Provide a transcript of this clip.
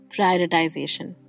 Prioritization